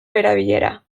erabilera